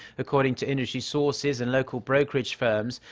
according to industry sources and local brokerage firms.